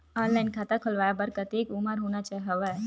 Online खाता खुलवाय बर कतेक उमर होना जरूरी हवय?